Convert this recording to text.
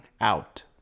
out